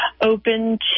open